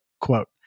quote